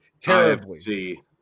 terribly